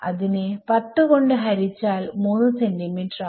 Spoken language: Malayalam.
അതിനെ 10 കൊണ്ട് ഹരിച്ചാൽ 3cm ആവും